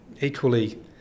Equally